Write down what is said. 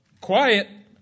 quiet